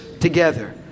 together